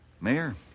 Mayor